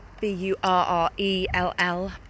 B-U-R-R-E-L-L